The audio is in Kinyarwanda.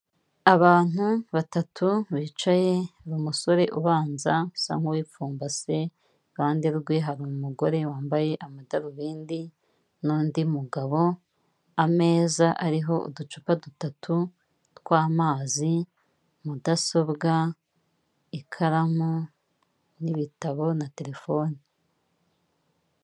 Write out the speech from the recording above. Abantu 3 bicaye uri umusore ubanza nsa nk nkuwipfumbase ihande rwe hari umugore wambaye amadarubindi n'ndi mugabo ameza ariho uducupa 3 tw'amazi, mudasobwa, ikaramu, ibitabo na terefone.